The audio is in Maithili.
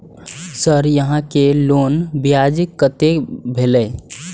सर यहां के लोन ब्याज कतेक भेलेय?